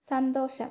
സന്തോഷം